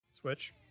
Switch